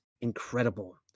Incredible